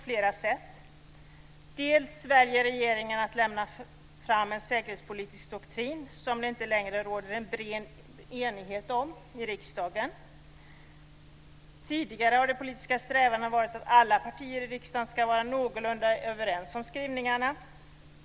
För det första väljer regeringen att lägga fram en säkerhetspolitisk doktrin som det inte längre råder en bred enighet om i riksdagen. Tidigare har det varit en politisk strävan att alla partier i riksdagen ska vara någorlunda överens om skrivningarna.